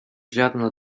ziarna